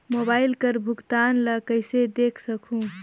Mobile कर भुगतान ला कइसे देख सकहुं?